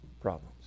problems